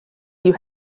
you